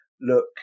Look